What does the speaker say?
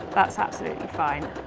that's absolutely fine.